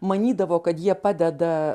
manydavo kad jie padeda